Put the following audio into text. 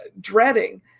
dreading